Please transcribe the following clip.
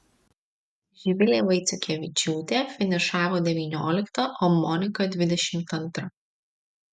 živilė vaiciukevičiūtė finišavo devyniolikta o monika dvidešimt antra